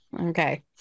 Okay